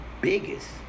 biggest